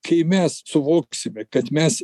kai mes suvoksime kad mes